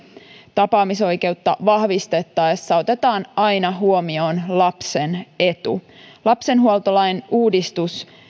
tapaamisoikeutta vahvistettaessa otetaan aina huomioon lapsen etu lapsenhuoltolain uudistus